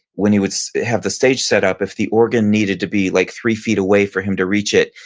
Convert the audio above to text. when he would have the stage set up. if the organ needed to be like three feet away for him to reach it,